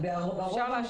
אומרת,